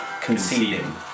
Conceding